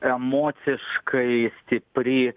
emociškai stipri